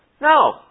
No